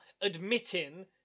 admitting